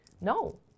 No